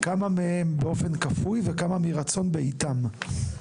כמה מהם באופן כפוי וכמה מרצון בעיתם?